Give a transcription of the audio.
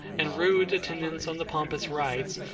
and rude attendants on the pompous rites,